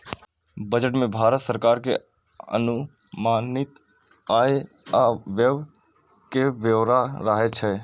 budget मे भारत सरकार के अनुमानित आय आ व्यय के ब्यौरा रहै छै